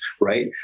right